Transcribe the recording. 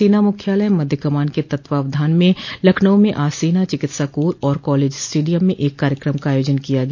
सेना मुख्यालय मध्य कमान के तत्वाधान में लखनऊ में आज सेना चिकित्सा कोर और कॉलेज स्टेडियम में एक कार्यकम का आयोजन किया गया